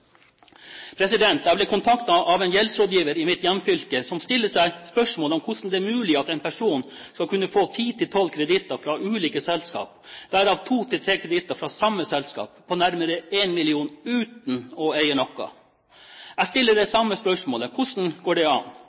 Jeg ble kontaktet av en gjeldsrådgiver i mitt hjemfylke som stiller seg spørsmålet om hvordan det er mulig at en person skal kunne få ti–tolv kreditter fra ulike selskaper – derav to–tre kreditter fra samme selskap – på nærmere 1 mill. kr uten å «eie noe». Jeg stiller det samme spørsmålet: Hvordan går det an?